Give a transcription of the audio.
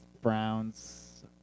Browns